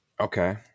Okay